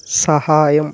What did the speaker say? సహాయం